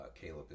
Caleb